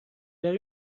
وری